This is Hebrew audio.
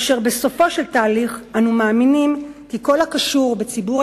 כאשר בסופו של תהליך אנו מאמינים כי כל הקשור בציבור